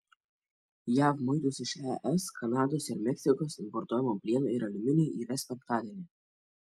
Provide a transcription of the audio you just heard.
jav muitus iš es kanados ir meksikos importuojamam plienui ir aliuminiui įves penktadienį